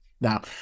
Now